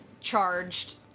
charged